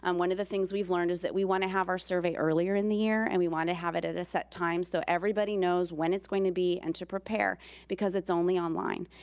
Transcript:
um one of the things we've learned is that we wanna have our survey earlier in the year, and we wanna have it at a set time so everybody knows when it's going to be and to prepare because it's only online.